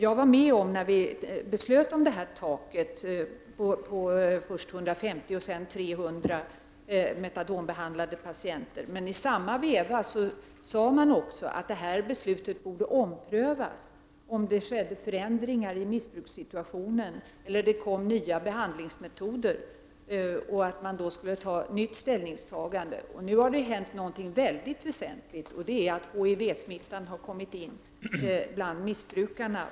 Jag var med om att besluta om taket på först 150 och sedan 300 metadonbehandlade patienter. Man sade emellertid i samma veva att beslutet borde omprövas om det skedde förändringar i missbrukssituationen eller om det kom nya behandlingsmetoder, och man sade då att man i så fall på nytt borde ta ställning i frågan. Nu har det i detta sammanhang hänt något väldigt väsentligt, nämligen att HIV-smittan har kommit in bland missbrukarna.